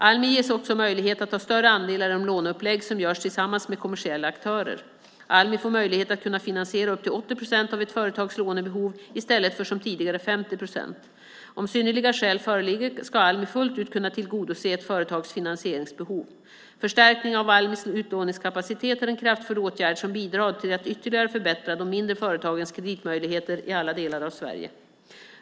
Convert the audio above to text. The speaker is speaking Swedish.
Almi ges också möjlighet att ta större andelar i de låneupplägg som görs tillsammans med kommersiella aktörer. Almi får möjlighet att finansiera upp till 80 procent av ett företags lånebehov i stället för som tidigare 50 procent. Om synnerliga skäl föreligger ska Almi fullt ut kunna tillgodose ett företags finansieringsbehov. Förstärkningen av Almis utlåningskapacitet är en kraftfull åtgärd som bidrar till att ytterligare förbättra de mindre företagens kreditmöjligheter i alla delar av Sverige.